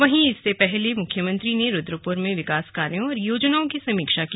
वहीं इससे पहले मुख्यमंत्री ने रुद्रपुर में विकास कार्यों और योजनाओं की समीक्षा की